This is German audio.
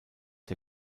der